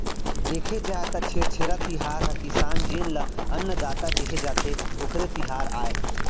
देखे जाए त छेरछेरा तिहार ह किसान जेन ल अन्नदाता केहे जाथे, ओखरे तिहार आय